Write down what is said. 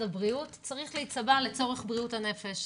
הבריאות צריך להיצבע לצורך בריאות הנפש,